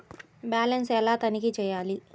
Balance ఎలా తనిఖీ చేయాలి?